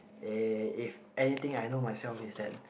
eh if anything I know myself is that